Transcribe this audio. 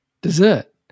dessert